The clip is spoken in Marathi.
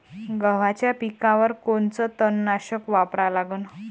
गव्हाच्या पिकावर कोनचं तननाशक वापरा लागन?